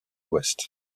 ouest